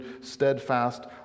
steadfast